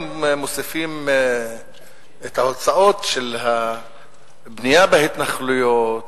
אם מוסיפים את ההוצאות של הבנייה בהתנחלויות